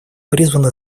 призваны